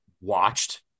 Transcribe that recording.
watched